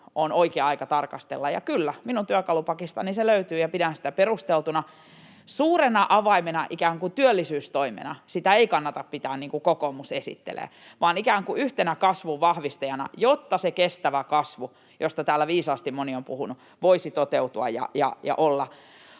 on oikea aika tarkastella, ja kyllä, minun työkalupakistani se löytyy, ja pidän sitä perusteltuna. Suurena avaimena, ikään kuin työllisyystoimena, sitä ei kannata pitää, niin kuin kokoomus esittelee, vaan ikään kuin yhtenä kasvun vahvistajana, jotta se kestävä kasvu, josta täällä viisaasti moni on puhunut, voisi toteutua ja olla